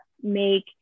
make